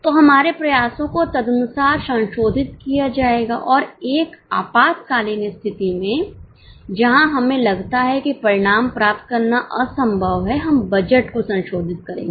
तो हमारे प्रयासों को तदनुसार संशोधित किया जाएगा और एक आपातकालीन स्थिति में जहां हमें लगता है कि परिणाम प्राप्त करना असंभव है हम बजट को संशोधित करेंगे